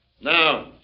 Now